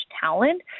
talent